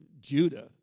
Judah